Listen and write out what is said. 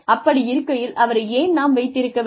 அப்படி இருக்கையில் அவரை ஏன் நாம் வைத்திருக்க வேண்டும்